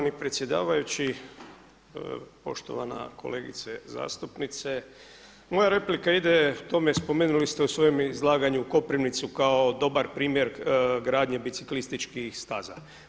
Štovani predsjedavajući, poštovana kolegice zastupnice, moja replika ide tome, spomenuli ste u svojem izlaganju Koprivnicu kao dobar primjer gradnje biciklističkih staza.